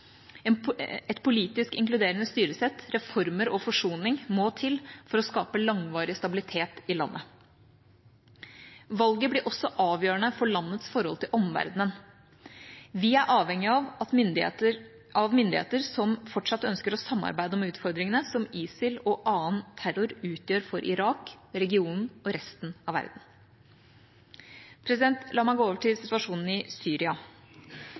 Et politisk inkluderende styresett, reformer og forsoning må til for å skape langvarig stabilitet i landet. Valget blir også avgjørende for landets forhold til omverdenen. Vi er avhengig av myndigheter som fortsatt ønsker å samarbeide om utfordringene som ISIL og annen terror utgjør for Irak, regionen og resten av verden. La meg gå over til situasjonen i Syria.